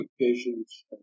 occasions